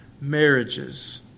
marriages